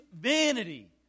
vanity